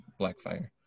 blackfire